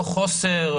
לא חוסר,